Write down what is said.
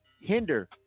hinder